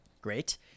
Great